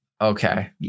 Okay